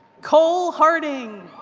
cole harding.